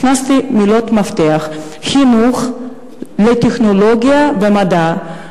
הכנסתי מילות מפתח: "חינוך לטכנולוגיה ומדע".